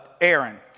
Aaron